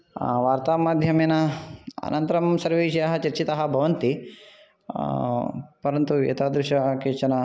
वार्तामाध्यमेन अनन्तरं सर्वे विषयाः चर्चिताः भवन्ति परन्तु एतादृशः केचन